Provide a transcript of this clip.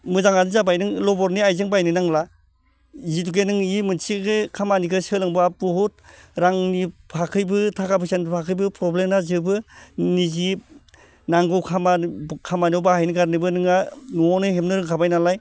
मोजाङानो जाबाय नों लबरनि आइजें बायनो नांला जिहेतुके नों बे मोनसे खामानिखौ सोलोंबा बहुत रांनि फाखैबो थाखा फैसानि फाखैबो प्रब्लेमा जोबो निजे नांगौ खामानियाव बाहायनो कारनैबो नोंहा न'आवनो हेबनो रोंखाबाय नालाय